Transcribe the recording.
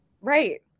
Right